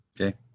Okay